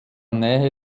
nähe